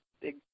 big